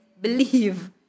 believe